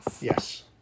yes